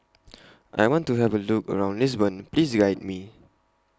I want to Have A Look around Lisbon Please Guide Me